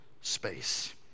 space